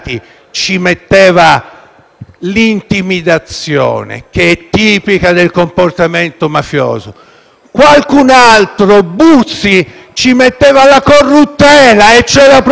l'intimidazione, che è tipica del comportamento mafioso, e qualcun altro (Buzzi) ci metteva la corruttela, cioè la propensione ad acquistare